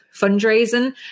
fundraising